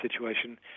situation